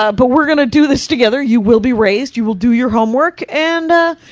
ah but we're going to do this together. you will be raised. you will do your homework, and ah,